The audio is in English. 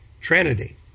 trinity